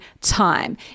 time